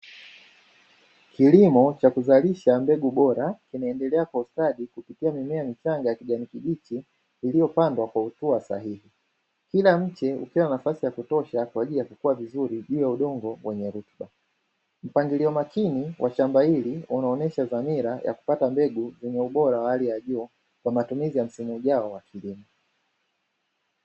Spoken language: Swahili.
Kilimo cha kuzalisha mbegu bora kinaendelea kwa ustadi, kupitia mimea michanga ya kijani kibichi, iliyopandwa kwa hatua sahihi. Kila mche upewa nafasi ya kutosha kwa ajili ya kukua vizuri juu ya udongo wenye rutuba. Mpangilio makini wa shamba hili, unaonyesha dhamira ya kupata mbegu zenye ubora wa hali ya juu, kwa matumizi wa msimu ujao wa kilimo.